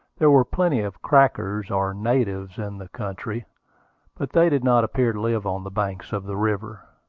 there were plenty of crackers, or natives, in the country but they did not appear to live on the banks of the river.